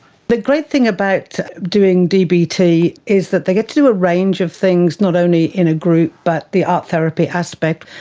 the great thing about doing dbt is that they get to do a range of things, not only in a group but the art therapy aspect,